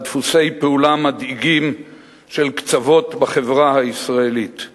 דפוסי פעולה מדאיגים של קצוות בחברה הישראלית.